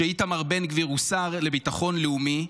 כשאיתמר בן גביר הוא השר לביטחון לאומי.